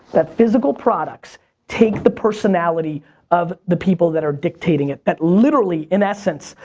that physical products take the personality of the people that are dictating it, that literally, in essence,